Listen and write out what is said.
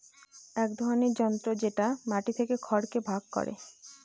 এক ধরনের যন্ত্র যেটা মাটি থেকে খড়কে ভাগ করে